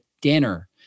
dinner